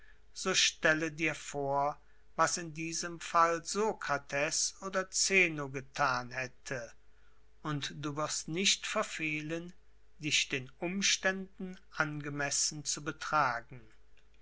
so stelle dir vor was in diesem fall sokrates oder zeno gethan hätte und du wirst nicht verfehlen dich den umständen angemessen zu betragen